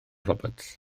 roberts